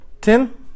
Ten